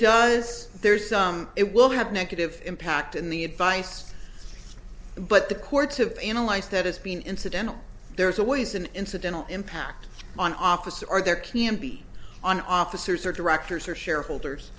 does there's it will have negative impact in the advice but the courts have analyzed that as being incidental there's always an incidental impact on officers are there can be on officers or directors or shareholders